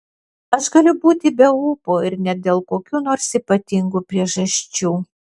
aš galiu būti be ūpo ir ne dėl kokių nors ypatingų priežasčių